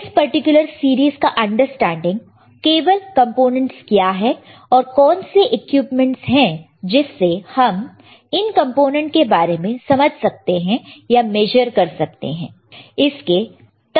इस particular series का understanding केवल कंपोनेंट्स क्या है और कौन से इक्विपमेंट्स है जिससे हम इन कंपोनेंट के बारे में समझ सकते हैं या मेजर कर सकते हैं इसके तक ही सीमित है